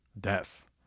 death